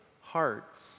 hearts